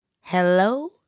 Hello